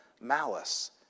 malice